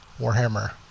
Warhammer